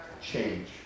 change